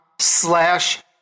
slash